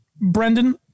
Brendan